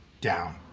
down